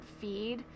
feed